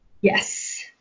Yes